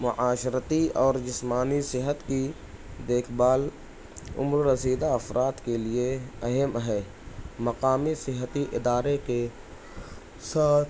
معاشرتی اور جسمانی صحت کی دیکھ بھال عمررسیدہ افراد کے لیے اہم ہے مقامی صحتی ادارے کے ساتھ